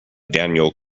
daniel